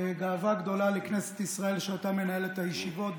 גאווה גדולה לכנסת ישראל שאתה מנהל את הישיבות.